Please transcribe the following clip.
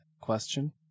question